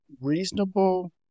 reasonable